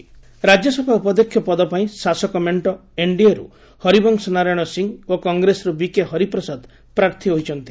RS election Rajya Sabha ଉପାଧ୍ୟକ୍ଷ ପଦପାଇଁ ଶାସକ ମେଣ୍ଟ ଏନ୍ଡିଏରୁ ହରିବଂଶ ନାରାୟଣ ସିଂ ଓ କଂଗ୍ରେସରୁ ବିକେ ହରିପ୍ରସାଦ ପ୍ରାର୍ଥୀ ହୋଇଛନ୍ତି